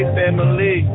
family